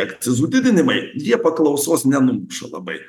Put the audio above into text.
akcizų didinimai jie paklausos nenumuša labai